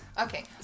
Okay